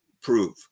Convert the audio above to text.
prove